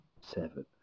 seven